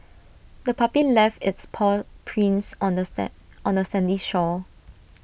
the puppy left its paw prints on the Sam on the sandy shore